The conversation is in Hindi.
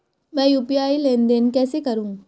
मैं यू.पी.आई लेनदेन कैसे करूँ?